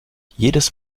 jedes